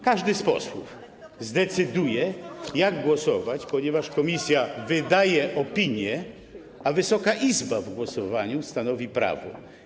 Każdy z posłów zdecyduje, jak głosować, ponieważ komisja wydaje opinię, a Wysoka Izba w głosowaniu stanowi prawo.